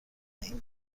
این